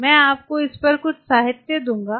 मैं आपको इस पर कुछ साहित्य दूंगा